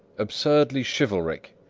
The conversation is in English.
absurdly chivalric,